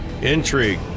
intrigue